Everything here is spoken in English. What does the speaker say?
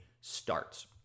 starts